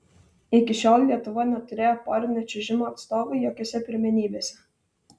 iki šiol lietuva neturėjo porinio čiuožimo atstovų jokiose pirmenybėse